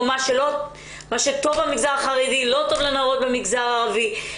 או מה שטוב במגזר החרדי לא טוב לנערות במגזר הערבי.